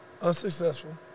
Unsuccessful